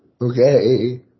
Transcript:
Okay